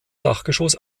dachgeschoss